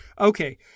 Okay